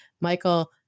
Michael